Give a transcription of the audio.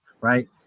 right